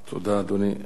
תודה, אדוני.